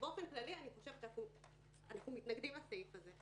באופן כללי אנחנו מתנגדים לסעיף הזה.